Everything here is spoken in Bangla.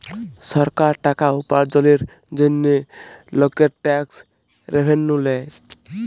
সরকার টাকা উপার্জলের জন্হে লকের ট্যাক্স রেভেন্যু লেয়